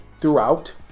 throughout